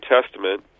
Testament